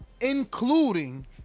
including